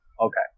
Okay